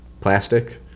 plastic